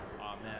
Amen